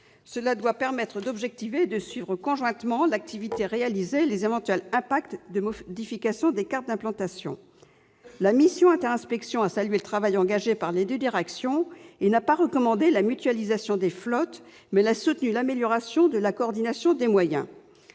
Cela doit permettre d'objectiver et de suivre conjointement l'activité réalisée, ainsi que les éventuelles incidences de modifications des cartes d'implantation. La mission inter-inspections a salué le travail engagé par les deux directions et n'a pas recommandé la mutualisation des flottes, mais elle a soutenu l'amélioration de la coordination des moyens.